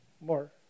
More